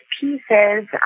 pieces